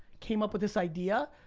came up with this idea.